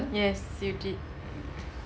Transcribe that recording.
yes you did